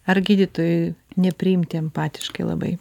ar gydytojui nepriimti empatiškai labai